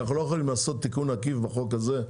אנחנו לא יכולים לעשות תיקון עקיף בחוק הזה,